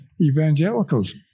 evangelicals